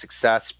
success